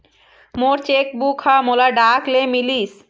मोर cheque book ह मोला डाक ले मिलिस